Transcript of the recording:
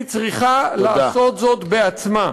היא צריכה לעשות זאת בעצמה.